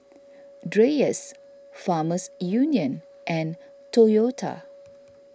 Dreyers Farmers Union and Toyota